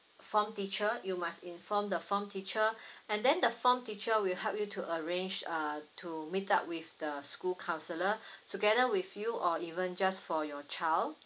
form teacher you must inform the form teacher and then the form teacher will help you to arrange uh to meet up with the school counsellor together with you or even just for your child